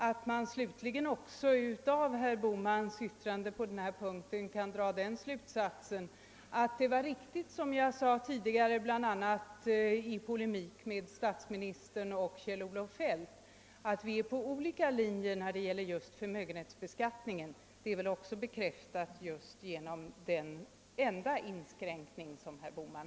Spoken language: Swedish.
Av den enda inskränkning herr Bohman gjorde kan man slutligen även dra slutsatsen att det var riktigt, som jag sade tidigare i polemik mot bl.a. statsministern och Kjell-Olof Feldt, att vi följer olika linjer när det gäller förmögenhetsbeskattningen.